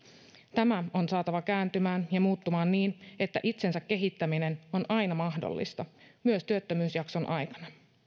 tämä on saatava kääntymään ja muuttumaan niin että itsensä kehittäminen on aina mahdollista myös työttömyysjakson aikana